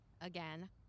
Again